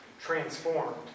transformed